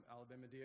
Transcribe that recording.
Alabama